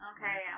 Okay